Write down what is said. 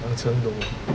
两层楼